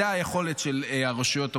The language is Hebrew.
זו היכולת של הרשויות המקומיות.